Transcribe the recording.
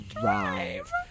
drive